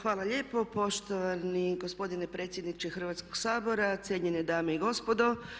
Hvala lijepo poštovani gospodine predsjedniče Hrvatskog sabora, cijenjene dame i gospodo.